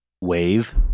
Wave